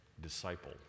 disciple